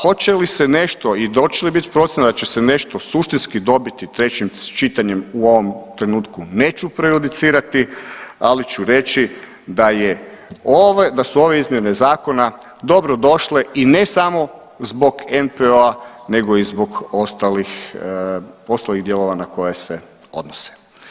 Hoće li se nešto i hoće li biti procjena da će se nešto suštinski dobiti trećim čitanjem u ovom trenutku neću prejudicirati ali ću reći da su ove izmjene zakona dobro došle i ne samo zbog NPO-a nego i zbog ostalih poslovnih dijelova na koje se odnose.